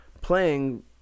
playing